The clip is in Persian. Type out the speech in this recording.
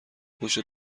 پشت